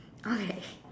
okay